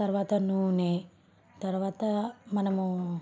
తర్వాత నూనె తర్వాత మనము